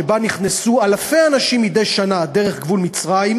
שבה נכנסו אלפי אנשים מדי שנה דרך גבול מצרים,